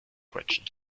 quetschen